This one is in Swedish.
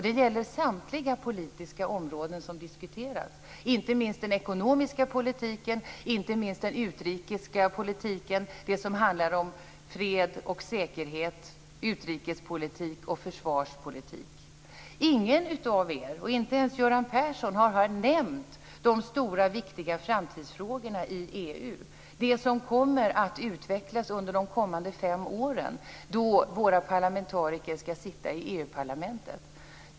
Det gäller samtliga politiska områden som diskuteras, inte minst den ekonomiska politiken, inte minst den utrikiska politiken, den som handlar om fred och säkerhet, utrikespolitik och försvarspolitik. Ingen av er, inte ens Göran Persson, har nämnt de stora viktiga framtidsfrågorna i EU. Det som kommer att utvecklas under de kommande fem åren, då våra parlamentariker skall sitta i EU-parlamentet.